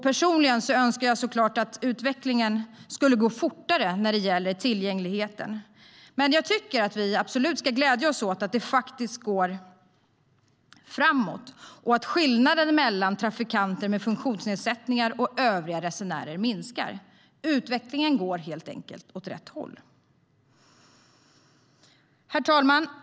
Personligen önskar jag så klart att utvecklingen skulle gå fortare när det gäller tillgängligheten, men jag tycker att vi absolut ska glädja oss åt att det faktiskt går framåt och att skillnaden mellan trafikanter med funktionsnedsättningar och övriga resenärer minskar. Utvecklingen går helt enkelt åt rätt håll. Herr talman!